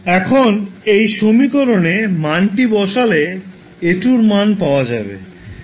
এখন এই সমীকরণে মানটি বসালে A2 এর মান পাওয়া যাবে